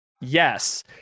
Yes